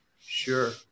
Sure